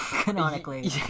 canonically